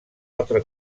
altre